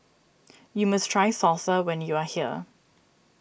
you must try Salsa when you are here